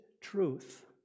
truth